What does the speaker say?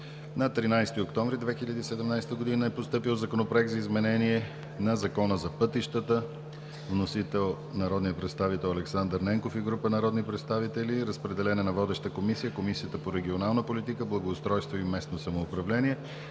На 13 октомври 2017 г. е постъпил Законопроект за изменение на Закона за пътищата. Вносител е народният представител Александър Ненков и група народни представители. Разпределен е на водеща комисия – Комисията по регионална политика, благоустройство и местно самоуправление,